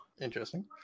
Interesting